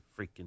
freaking